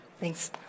Thanks